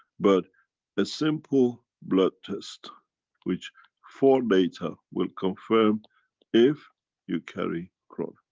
but a simple blood test which four data will confirm if you carry corona.